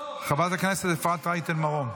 חברת הכנסת אפרת רייטן מרום,